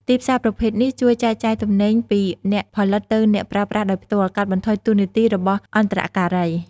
ទីផ្សារប្រភេទនេះជួយចែកចាយទំនិញពីអ្នកផលិតទៅអ្នកប្រើប្រាស់ដោយផ្ទាល់ កាត់បន្ថយតួនាទីរបស់អន្តរការី។